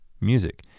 music